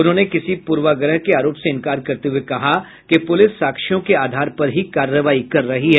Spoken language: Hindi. उन्होंने किसी पूर्वाग्रह के आरोप से इंकार करते हुए कहा कि पुलिस साक्ष्यों के आधार पर ही कार्रवाई कर रही है